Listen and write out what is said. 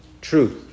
truth